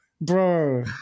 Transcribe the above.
Bro